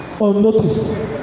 unnoticed